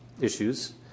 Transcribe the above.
issues